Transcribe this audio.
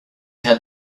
had